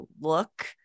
look